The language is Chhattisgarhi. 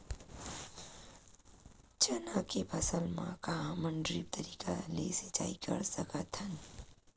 चना के फसल म का हमन ड्रिप तरीका ले सिचाई कर सकत हन?